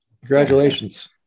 Congratulations